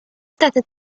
state